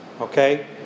okay